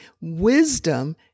Wisdom